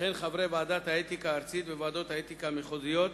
וכן חברי ועדת האתיקה הארצית וועדות האתיקה המחוזיות.